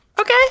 Okay